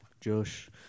Josh